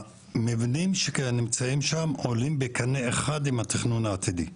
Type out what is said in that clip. המבנים שנמצאים שם עולים בקנה אחד עם התכנון העתידי.